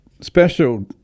special